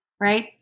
right